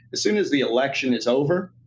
as soon as the election is over,